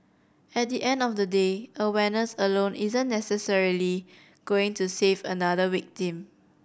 at the end of the day awareness alone isn't necessarily going to save another victim